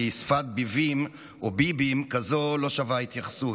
כי שפת בִּיבִים או בִּיבִּים כזאת לא שווה התייחסות,